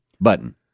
button